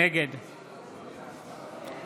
נגד